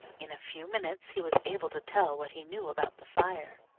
in a few minutes he was able to tell what he knew about the fire.